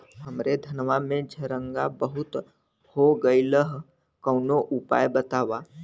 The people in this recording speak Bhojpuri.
हमरे धनवा में झंरगा बहुत हो गईलह कवनो उपाय बतावा?